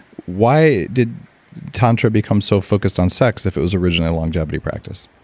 why did tantra become so focused on sex if it was originally a longevity practice?